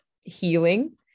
healing